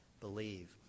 believe